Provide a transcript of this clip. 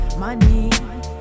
money